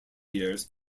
years